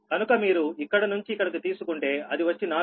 కనుక మీరు ఇక్కడి నుంచి ఇక్కడికి తీసుకుంటే అది వచ్చి 4